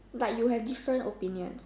but you have different opinion